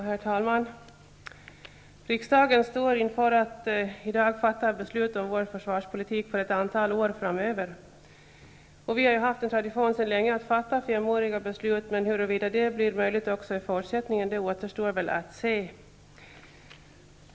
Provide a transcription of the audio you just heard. Herr talman! Riksdagen skall i dag fatta beslut om vår försvarspolitik för ett antal år framöver. Vi har sedan en lång tid tillbaka haft traditionen att fatta femåriga beslut, men huruvida detta blir möjligt också i fortsättningen återstår att se.